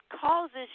causes